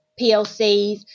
PLCs